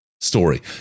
story